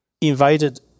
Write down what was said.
invited